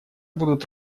будут